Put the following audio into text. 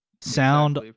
sound